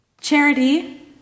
Charity